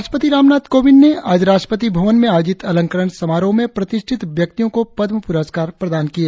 राष्ट्रपति रामनाथ कोविंद ने आज राष्ट्रपति भवन में आयोजित अलंकरण समारोह में प्रतिष्ठित व्यक्तियों को पद्म पूरस्कार प्रदान किए